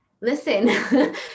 listen